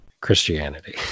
Christianity